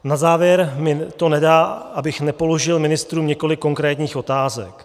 Na závěr mi nedá, abych nepoložil ministrům několik konkrétních otázek.